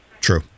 True